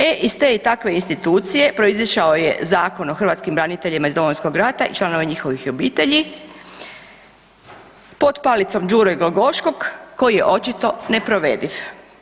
E iz te i takve institucije proizišao je Zakon o hrvatskim braniteljima iz Domovinskog rata i članova njihovih obitelji pod palicom Đure Glogoškog koji je očito neprovediv.